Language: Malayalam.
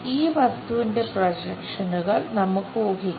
ഈ വസ്തുവിന്റെ പ്രൊജക്ഷനുകൾ നമുക്ക് ഊഹിക്കാം